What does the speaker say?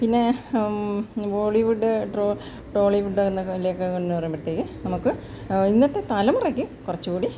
പിന്നേ Mollywood Trollywood അങ്ങനേങ്കിലൊക്കേന്ന് പറയുമ്പഴത്തേക്ക് നമുക്ക് ഇന്നത്തെ തലമുറയ്ക്ക് കുറച്ചും കൂടി